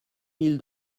mille